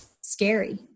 scary